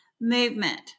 movement